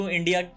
India